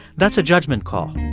that's a judgment call.